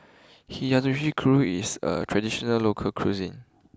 Hiyashi Chuka is a traditional local cuisine